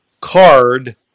card